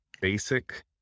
basic